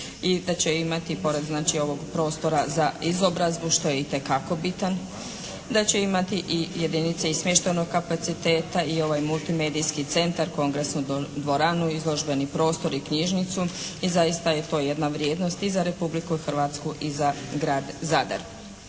i da će imati pored znači ovog prostora za izobrazbu što je itekako bitan, da će imati i jedinice iz smještajnog kapaciteta i ovaj multimedijski centar kongresnu dvoranu, izložbeni prostor i knjižnicu i zaista je to jedna vrijednost i za Republiku Hrvatsku i za grad Zadar.